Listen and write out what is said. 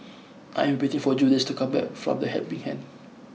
I am waiting for Julious to come back from The Helping Hand